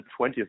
20th